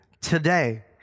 today